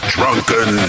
Drunken